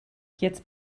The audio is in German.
jetzt